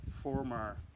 former